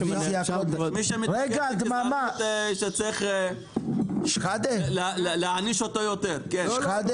מי שמתנגד לגזענות צריך להעניש אותו יותר, כן.